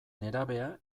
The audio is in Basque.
nerabea